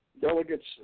delegates